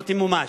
לא תמומש.